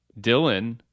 Dylan